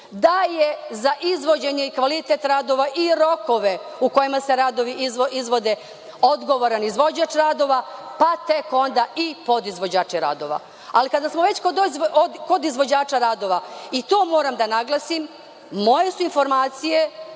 da je za izvođenje i kvalitet radova i rokove u kojima se radovi izvode, odgovoran izvođač radova, pa tek onda i podizvođači radova. Ali, kada smo već kod izvođača radova i to moram da naglasim, moje su informacije